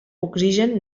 oxigen